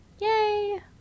Yay